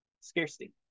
scarcity